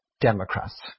Democrats